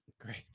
Great